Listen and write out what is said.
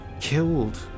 killed